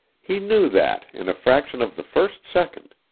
he knew that in a fraction of the first second.